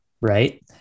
right